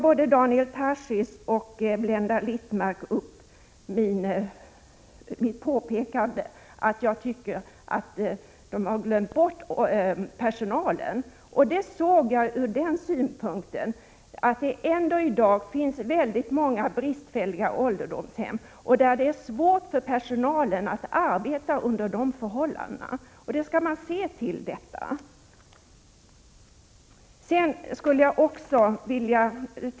Både Daniel Tarschys och Blenda Littmarck tar upp mitt påpekande att de har glömt bort personalen. Detta såg jag ur den synpunkten att det i dag ändå finns väldigt många bristfälliga ålderdomshem där det är svårt för personalen att arbeta. Man måste se till detta.